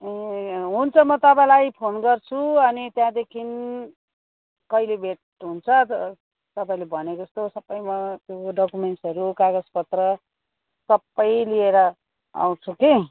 ए हुन्छ म तपाईँलाई फोन गर्छु अनि त्यहाँदेखि कहिले भेट हुन्छ तपाईँले भनेको जस्तो सबै म डकुमेन्ट्सहरू कागजपत्र सबै लिएर आउँछु कि